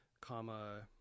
comma